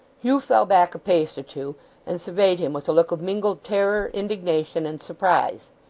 hugh fell back a pace or two and surveyed him with a look of mingled terror, indignation, and surprise.